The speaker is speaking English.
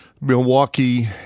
Milwaukee